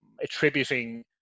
attributing